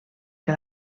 que